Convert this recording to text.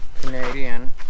Canadian